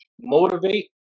motivate